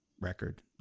record